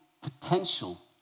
potential